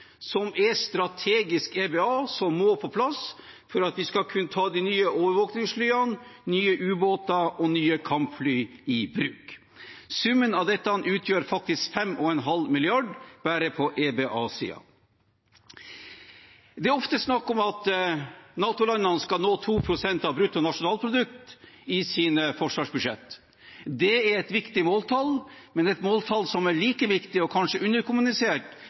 som er strategisk EBA, og som må på plass for at vi skal kunne ta de nye overvåkningsflyene, nye ubåter og nye kampfly i bruk. Summen av dette utgjør faktisk 5,5 mrd. kr bare på EBA-siden. Det er ofte snakk om at NATO-landene skal nå 2 pst. av brutto nasjonalprodukt i sine forsvarsbudsjetter. Det er et viktig måltall, men et måltall som er like viktig og kanskje underkommunisert,